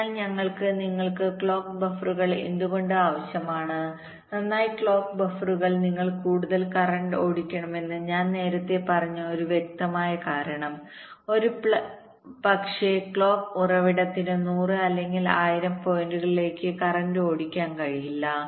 അതിനാൽ ഞങ്ങൾക്ക് നിങ്ങൾക്ക് ക്ലോക്ക് ബഫറുകൾ എന്തുകൊണ്ട് ആവശ്യമാണ് നന്നായി ക്ലോക്ക് ബഫറുകൾ നിങ്ങൾ കൂടുതൽ കറന്റ് ഓടിക്കണമെന്ന് ഞാൻ നേരത്തെ പറഞ്ഞ ഒരു വ്യക്തമായ കാരണം ഒരുപക്ഷേ ക്ലോക്ക് ഉറവിടത്തിന് 100 അല്ലെങ്കിൽ 1000 പോയിന്റുകളിലേക്ക് കറന്റ് ഓടിക്കാൻ കഴിയില്ല